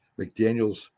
McDaniels